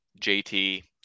JT